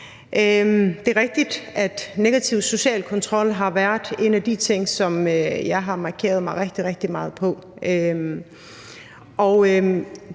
Det er rigtigt, at negativ social kontrol har været en af de ting, som jeg har markeret mig rigtig, rigtig